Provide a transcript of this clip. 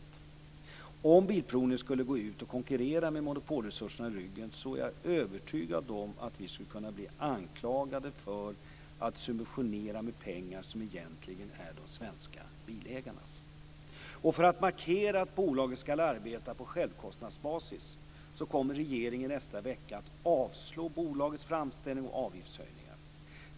Om Svensk Bilprovning skulle gå ut och konkurrera med monopolresurserna i ryggen är jag övertygad om att vi skulle kunna bli anklagade för att subventionera med pengar som egentligen är de svenska bilägarnas. Och för att markera att bolaget skall arbeta på självkostnadsbasis kommer regeringen i nästa vecka att avslå bolagets framställning om avgiftshöjningar.